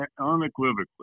unequivocally